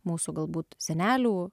mūsų galbūt senelių